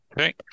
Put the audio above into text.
Okay